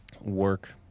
Work